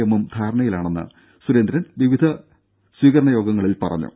എമ്മും ധാരണയിലാണെന്ന് സുരേന്ദ്രൻ വിവിധ സ്വീകരണ യോഗങ്ങളിൽ പറഞ്ഞു